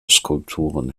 skulpturen